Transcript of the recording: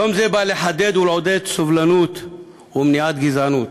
יום זה בא לחדד ולעודד סובלנות ומניעת גזענות.